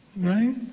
right